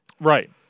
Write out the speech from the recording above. Right